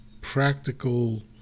practical